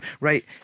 Right